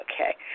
okay